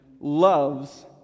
loves